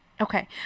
Okay